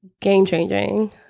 game-changing